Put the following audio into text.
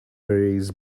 erase